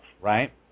right